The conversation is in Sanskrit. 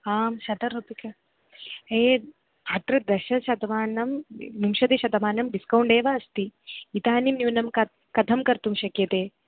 आं शतरूप्यकं हे अत्र दश शतमानं विंशतिशतमानं डिस्कौण्ट् एव अस्ति इदानीं न्यूनं क कथं कर्तुं शक्यते